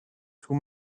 two